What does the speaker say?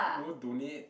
donate